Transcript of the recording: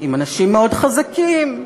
עם אנשים מאוד חזקים,